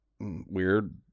Weird